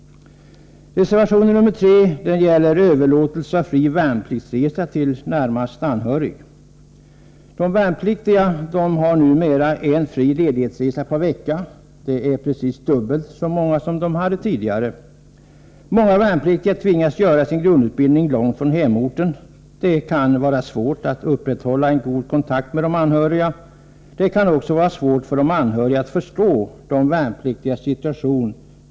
De värnpliktiga har numera en fri ledighetsresa per vecka. Det är precis dubbelt så många som de hade tidigare. Många värnpliktiga tvingas göra sin grundutbildning långt från hemorten, och det kan vara svårt att upprätthålla en god kontakt med de anhöriga. Det kan också vara svårt för de anhöriga att förstå den värnpliktiges situation.